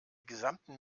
gesamten